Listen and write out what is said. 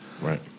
Right